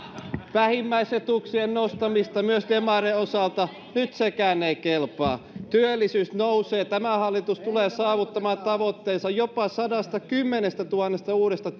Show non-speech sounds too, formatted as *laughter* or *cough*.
vähimmäisetuuksien nostamista myös demarien osalta nyt sekään ei kelpaa työllisyys nousee tämä hallitus tulee saavuttamaan tavoitteensa jopa sadastakymmenestätuhannesta uudesta *unintelligible*